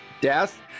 death